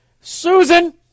Susan